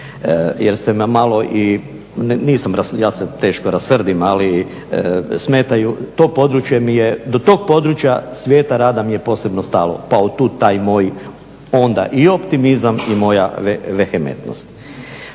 jer ste me malo, nisam ja se teško rasrdim ali smetaju, to me područje, do tog područja svijeta rada mi je posebno stalo, pa u tu taj moj i optimizam i moja vehementnost.